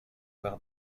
par